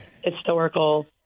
historical